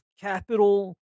capital